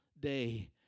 day